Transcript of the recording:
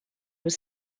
was